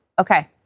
okay